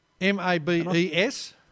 M-A-B-E-S